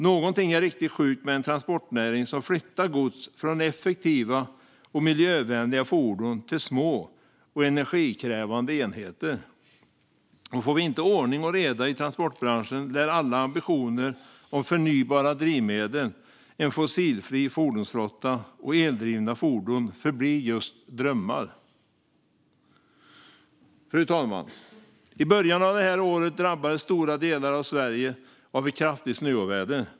Någonting är riktigt sjukt med en transportnäring som flyttar gods från effektiva och miljövänliga fordon till små och energikrävande enheter. Får vi inte ordning och reda i transportbranschen lär alla ambitioner om förnybara drivmedel, en fossilfri fordonsflotta och eldrivna fordon förbli drömmar. Fru talman! I början av det här året drabbades stora delar av Sverige av ett kraftigt snöoväder.